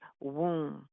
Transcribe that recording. womb